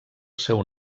seu